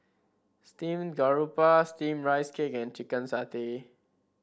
Steamed Garoupa steamed Rice Cake and Chicken Satay